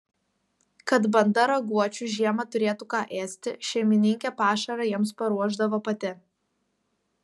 kad banda raguočių žiemą turėtų ką ėsti šeimininkė pašarą jiems paruošdavo pati